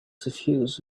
suffused